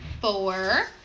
four